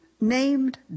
named